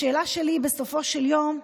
השאלה שלי: בסופו של יום,